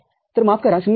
तर माफ करा0